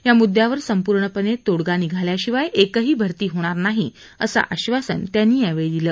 या मुद्यावर संपूर्णपणे तोडगा निघाल्याशिवाय एकही भर्ती होणार नाही असं आशासन त्यांनी यावेळी दिलं